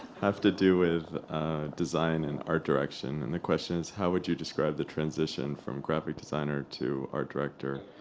have to do with design and art direction, and the question is, how would you describe the transition from graphic designer to art director,